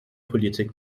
politik